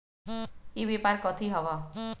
ई व्यापार कथी हव?